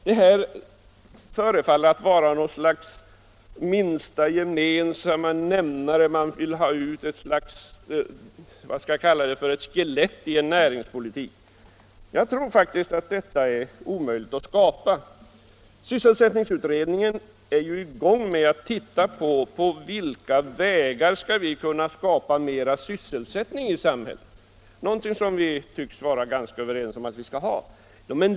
Det förefaller som om man vill ha ut något slags minsta gemensamma nämnare — vad skall jag kalla det: ett skelett i en näringspolitik. Jag tror faktiskt att detta är omöjligt att skapa. Sysselsättningsutredningen är i gång med att undersöka vilka vägar vi skall kunna gå för att skapa mer sysselsättning i samhället. Det är någonting som vi tycks vara ganska överens om att vi skall ha.